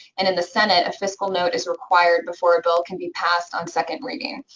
and in the senate, a fiscal note is required before a bill can be passed on second reading.